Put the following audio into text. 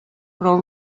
però